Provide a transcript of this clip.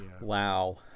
Wow